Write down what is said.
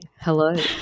hello